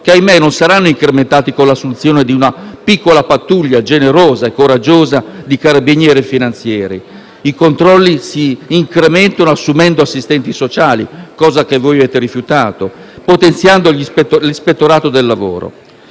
che - ahimè - non saranno incrementati con la soluzione di una piccola pattuglia, generosa e coraggiosa, di carabinieri e finanzieri. I controlli si incrementano assumendo assistenti sociali, cosa che avete rifiutato, e potenziando l'ispettorato del lavoro.